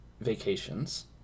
vacations